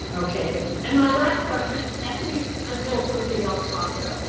okay, and my last question, at least until something else pops up,